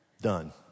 Done